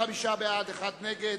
55 בעד, אחד נגד,